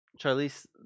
Charlize